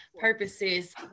purposes